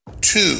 Two